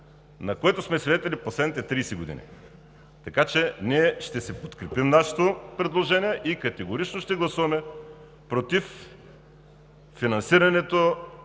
на което сме свидетели последните тридесет години. Ние ще си подкрепим нашето предложение и категорично ще гласуваме против финансирането